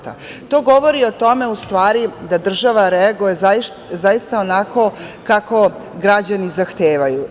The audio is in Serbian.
To govori o tome da država reaguje zaista onako kako građani zahtevaju.